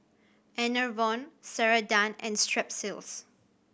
Enervon Ceradan and Strepsils